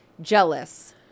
jealous